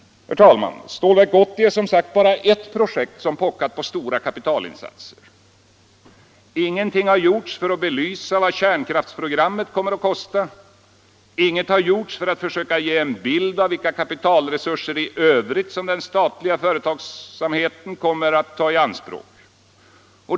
Stålverk 80 är som sagt bara ett projekt som pockat på stora kapitalinsatser. Ingenting har gjorts för att belysa vad kärnkraftsprogrammet kommer att kosta, och ingenting har gjorts för att försöka ge en bild av vilka kapitalresurser i övrigt som den statliga företagsamheten kommer att ta i anspråk.